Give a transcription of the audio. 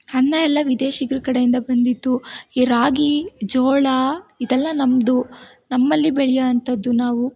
ಅನ್ನ ಎಲ್ಲ ವಿದೇಶಿಗ್ರ ಕಡೆಯಿಂದ ಬಂದಿದ್ದು ಈ ರಾಗಿ ಜೋಳ ಇದೆಲ್ಲ ನಮ್ಮದು ನಮ್ಮಲ್ಲಿ ಬೆಳೆಯೊ ಅಂಥದ್ದು ನಾವು